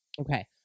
Okay